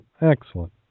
Excellent